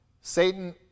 Satan